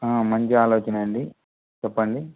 మంచి ఆలోచన అండి చెప్పండి